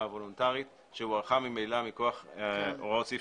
הוולונטרית שהוארכה ממילא מכוח הוראות סעיף